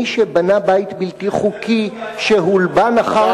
מי שבנה בית בלתי חוקי שהולבן אחר כך,